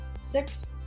Six